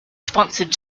sponsored